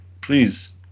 Please